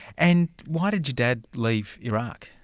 and why did your dad leave iraq?